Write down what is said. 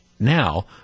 now